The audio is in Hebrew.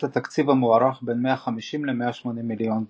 תקציב המוערך בין 150 ל-180 מיליון דולר.